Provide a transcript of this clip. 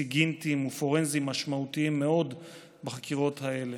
סיגינטיים ופורנזיים משמעותיים מאוד בחקירות האלה.